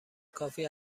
کافی